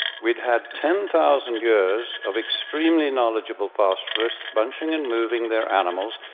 we'd had ten thousand years of extremely knowledgeable pastoralists bunching and moving their animals,